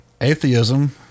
Atheism